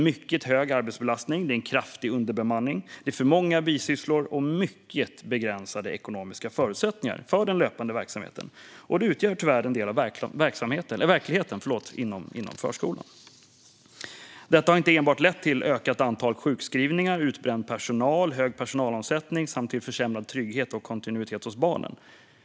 Mycket hög arbetsbelastning, kraftig underbemanning, för många bisysslor och mycket begränsade ekonomiska förutsättningar för den löpande verksamheten utgör tyvärr en del av verkligheten inom förskolan. Detta har inte enbart lett till ökat antal sjukskrivningar, utbränd personal, hög personalomsättning samt försämrad trygghet och kontinuitet hos barnen.